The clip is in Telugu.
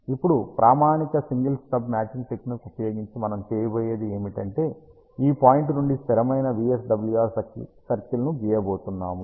ఇప్పుడు ప్రామాణిక సింగిల్ స్టబ్ మ్యాచింగ్ టెక్నిక్ ఉపయోగించి మనం చేయబోయేది ఏమిటంటే ఈ పాయింట్ నుండి స్థిరమైన VSWR సర్కిల్ను గీయబోతున్నాము